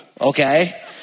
okay